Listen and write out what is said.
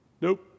Nope